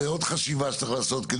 ועוד חשיבה שצריך לעשות.